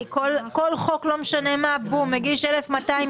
סיפור כואב וקשה וצריך לחשוב אבל לצאת עם אמירה שההלכה היא לא רלוונטית,